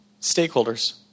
Stakeholders